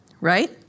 right